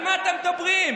על מה אתם מדברים?